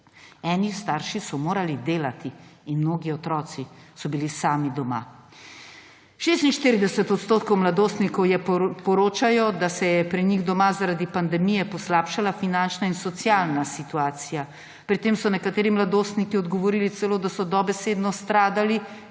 Eni starši so morali delati in mnogi otroci so bili sami doma. 46 % mladostnikov poroča, da se je pri njih doma zaradi pandemije poslabšala finančna in socialna situacija. Pri tem so nekateri mladostniki odgovorili celo, da so dobesedno stradali,